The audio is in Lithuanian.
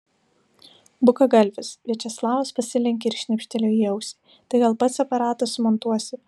bukagalvis viačeslavas pasilenkė ir šnipštelėjo į ausį tai gal pats aparatą sumontuosi